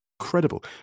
incredible